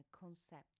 concept